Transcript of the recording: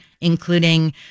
including